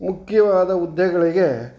ಮುಖ್ಯವಾದ ಹುದ್ದೆಗಳಿಗೆ